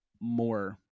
more